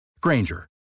Granger